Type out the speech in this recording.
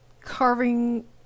Carving